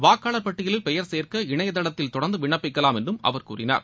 வாக்காளர் பட்டியலில் பெயர் சேர்க்க இணையதளத்தில் தொடர்ந்து விண்ணப்பிக்கலாம் என்றும் அவர் கூறினார்